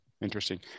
interesting